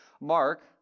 mark